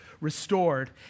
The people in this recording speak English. restored